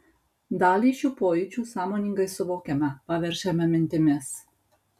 dalį šių pojūčių sąmoningai suvokiame paverčiame mintimis